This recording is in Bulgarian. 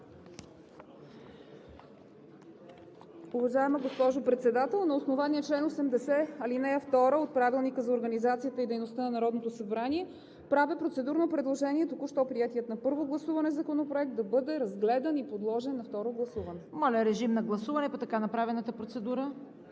Уважаема госпожо Председател, на основание чл. 80, ал. 2 от Правилника за организацията и дейността на Народното събрание правя процедурно предложение току-що приетият на първо гласуване законопроект да бъде разгледан и подложен на второ гласуване. ПРЕДСЕДАТЕЛ ЦВЕТА КАРАЯНЧЕВА: Моля, режим на гласуване по така направената процедура.